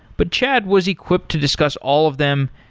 but chad was equipped to discuss all of them,